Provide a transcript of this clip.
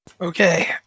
okay